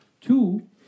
Two